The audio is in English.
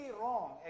wrong